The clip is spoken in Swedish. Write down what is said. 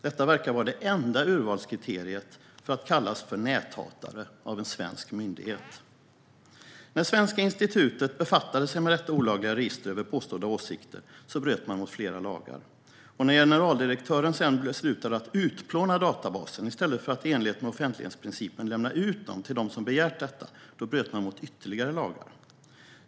Detta verkar vara det enda urvalskriteriet för att kunna kallas näthatare av en svensk myndighet. När Svenska institutet befattade sig med detta olagliga register över påstådda åsikter bröt man mot flera lagar. När generaldirektören sedan beslutade att utplåna databasen i stället för att i enlighet med offentlighetsprincipen lämna ut den till dem som begärt det bröt man mot ytterligare lagar.